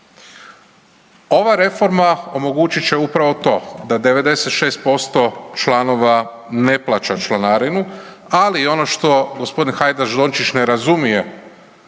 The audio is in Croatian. Ova reforma omogućit će upravo to da 96% članova ne plaća članarinu, ali ono što gospodin Hajdaš Dončić ne razumije